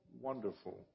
wonderful